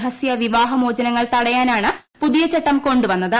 രഹസ്യ വിവാഹമോചനങ്ങൾ തടയാനാണ് പുതിയ ചട്ടം കൊണ്ടു വന്നത്